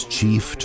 Chief